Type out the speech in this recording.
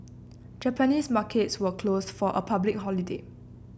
Japanese markets were closed for a public holiday